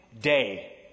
day